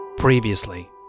previously